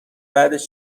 بعدش